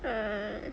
err